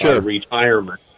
retirement